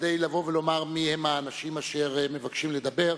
כדי לומר מי האנשים אשר מבקשים לדבר,